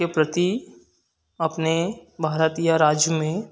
के प्रति अपने महारात या राज्य में